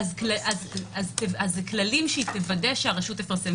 זה כללים שהיא תוודא שהרשות תפרסם,